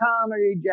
comedy